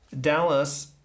Dallas